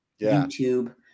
youtube